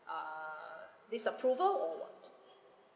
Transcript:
err this approval or what